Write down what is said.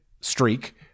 streak